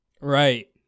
Right